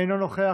אינו נוכח,